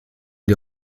est